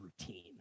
routine